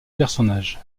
personnage